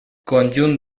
conjunt